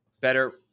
better